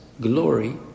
glory